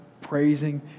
praising